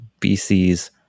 BC's